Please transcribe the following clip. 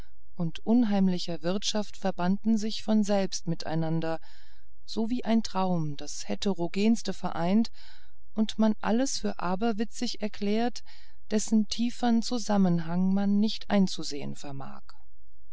und unheimlicher wirtschaft verbanden sich von selbst miteinander so wie ein traum das heterogenste vereint und man alles für aberwitzig erklärt dessen tiefern zusammenhang man nicht einzusehen vermag